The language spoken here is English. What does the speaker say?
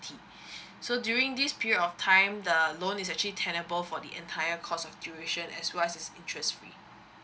so during this period of time the loan is actually tenble for the entire cost of duration as well as it's interest free